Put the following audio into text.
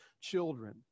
children